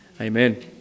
amen